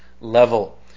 level